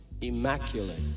immaculate